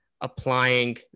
applying